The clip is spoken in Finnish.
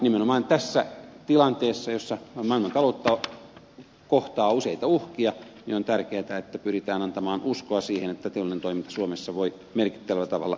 nimenomaan tässä tilanteessa jossa maailmantaloutta kohtaa useita uhkia on tärkeätä että pyritään antamaan uskoa siihen että teollinen toiminta suomessa voi merkittävällä tavalla jatkua